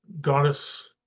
goddess